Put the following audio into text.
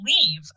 leave